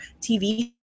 TV